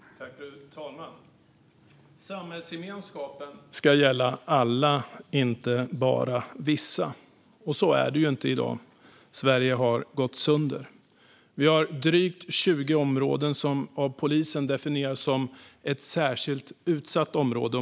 Fru talman! Samhällsgemenskapen ska gälla alla, inte bara vissa. Så är det inte i dag. Sverige har gått sönder. Vi har drygt 20 områden som av polisen definieras som särskilt utsatta områden.